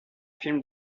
film